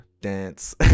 dance